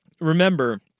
Remember